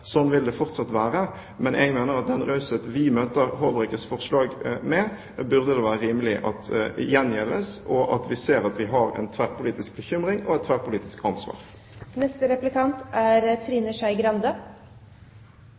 Sånn vil det fortsatt være. Men jeg mener den raushet vi møter Håbrekkes forslag med, burde det være rimelig ble gjengjeldt, at vi ser at vi har en tverrpolitisk bekymring og et tverrpolitisk ansvar. «Raushet» var et godt stikkord, og Regjeringa syns de er